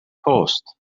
post